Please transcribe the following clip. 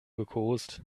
gekost